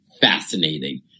fascinating